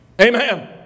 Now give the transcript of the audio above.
Amen